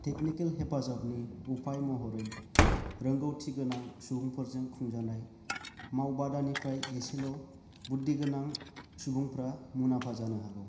technical हेफाजाबनि उफाय महरै रोंगौथि गोनां सुबुंफोरजों खुंजानाय मावबादानिफ्राय एसेल' बुद्दिगोनां सुबुंफोरा मुनाम्फा जानो हागौ